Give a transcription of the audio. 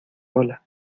ola